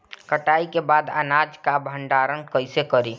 कटाई के बाद अनाज का भंडारण कईसे करीं?